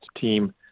team